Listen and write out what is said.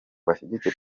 bashyigikiye